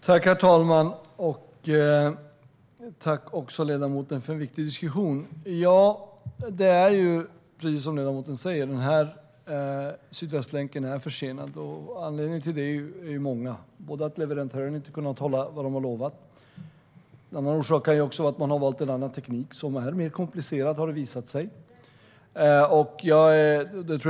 Herr talman! Tack, ledamoten, för en viktig diskussion! Precis som ledamoten säger är Sydvästlänken försenad. Anledningarna till det är många. Leverantören har inte kunnat hålla det som utlovats. En annan orsak kan också vara att man har valt en annan teknik, som har visat sig mer komplicerad.